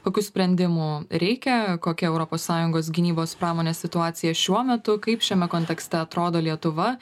kokių sprendimų reikia kokia europos sąjungos gynybos pramonės situacija šiuo metu kaip šiame kontekste atrodo lietuva